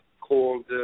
called